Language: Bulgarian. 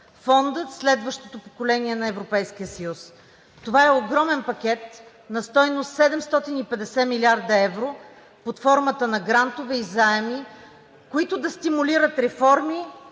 Фонда „Следващото поколение на Европейския съюз“. Това е огромен пакет на стойност 750 милиарда евро под формата на грантове и заеми, които да стимулират реформи